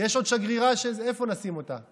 יש עוד שגרירה, איפה נשים אותה?